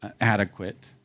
adequate